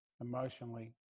emotionally